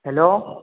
hello